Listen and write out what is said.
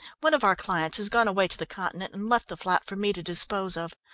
one of our clients has gone away to the continent and left the flat for me to dispose of.